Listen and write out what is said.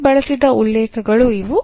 ಇಲ್ಲಿ ಬಳಸಿದ ಉಲ್ಲೇಖಗಳು ಇವು